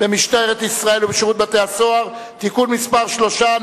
במשטרת ישראל ובשירות בתי-הסוהר (תיקון מס' 3),